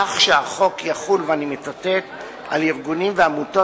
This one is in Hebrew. כך שהחוק יחול על "ארגונים ועמותות,